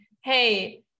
hey